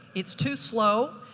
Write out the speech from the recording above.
it's too slow.